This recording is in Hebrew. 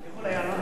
אני יכול הערה?